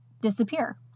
disappear